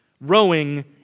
Rowing